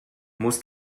muss